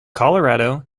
colorado